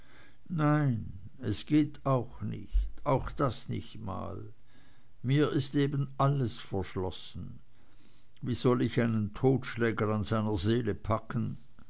nein es geht auch nicht auch das nicht mal mir ist eben alles verschlossen wie soll ich einen totschläger an seiner seele packen